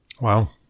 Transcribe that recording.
Wow